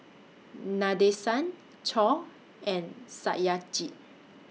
Nadesan Choor and Satyajit